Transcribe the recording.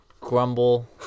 Grumble